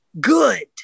good